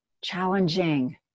challenging